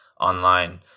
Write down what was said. online